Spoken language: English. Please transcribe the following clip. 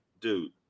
dude